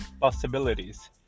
possibilities